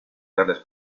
tales